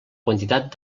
quantitat